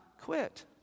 quit